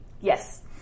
Yes